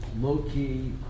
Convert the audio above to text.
low-key